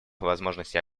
возможностей